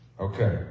Okay